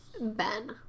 Ben